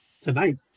tonight